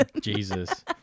jesus